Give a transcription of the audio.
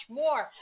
more